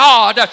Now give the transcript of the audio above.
God